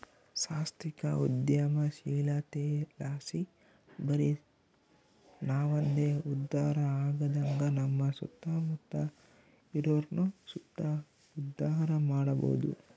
ಸಾಂಸ್ಥಿಕ ಉದ್ಯಮಶೀಲತೆಲಾಸಿ ಬರಿ ನಾವಂದೆ ಉದ್ಧಾರ ಆಗದಂಗ ನಮ್ಮ ಸುತ್ತಮುತ್ತ ಇರೋರ್ನು ಸುತ ಉದ್ಧಾರ ಮಾಡಬೋದು